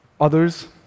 Others